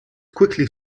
quickly